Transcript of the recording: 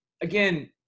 Again